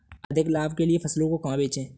अधिक लाभ के लिए फसलों को कहाँ बेचें?